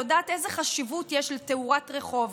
היא יודעת איזו חשיבות יש לתאורת רחוב,